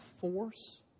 force